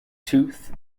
tooth